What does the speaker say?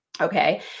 Okay